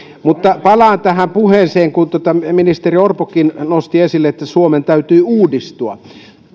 mutta palaan tähän puheeseen kun ministeri orpokin nosti esille että suomen täytyy uudistua